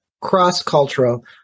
cross-cultural